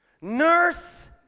nurse